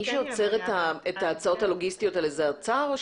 מי שעוצר את ההצעות הלוגיסטיות האלה זה האוצר או